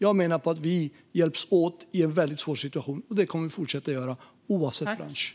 Jag menar att vi hjälps åt i en väldigt svår situation, och det kommer vi att fortsätta göra, oavsett bransch.